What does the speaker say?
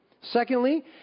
Secondly